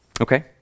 Okay